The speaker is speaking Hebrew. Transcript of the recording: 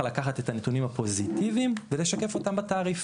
לקחת את הנתונים הפוזיטיביים ולשקף אותם בתעריף.